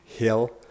hill